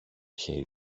χέρι